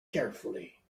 carefully